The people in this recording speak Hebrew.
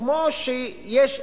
כמו שיש,